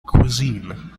cuisine